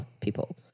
people